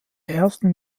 ersten